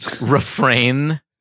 refrain